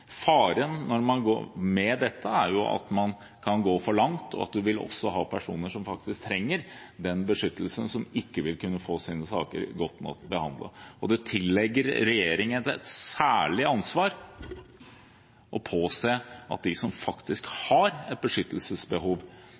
Faren med dette er at man kan gå for langt. Det vil være personer som faktisk trenger den beskyttelsen, som ikke vil få sine saker godt nok behandlet. Det tilligger regjeringen et særlig ansvar å påse at de som faktisk har et beskyttelsesbehov,